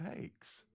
takes